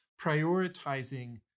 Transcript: prioritizing